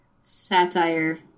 satire